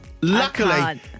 Luckily